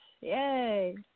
Yay